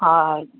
हा